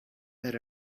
that